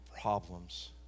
problems